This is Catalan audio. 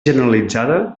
generalitzada